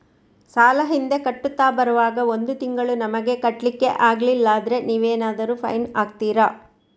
ಸಾಲ ಹಿಂದೆ ಕಟ್ಟುತ್ತಾ ಬರುವಾಗ ಒಂದು ತಿಂಗಳು ನಮಗೆ ಕಟ್ಲಿಕ್ಕೆ ಅಗ್ಲಿಲ್ಲಾದ್ರೆ ನೀವೇನಾದರೂ ಫೈನ್ ಹಾಕ್ತೀರಾ?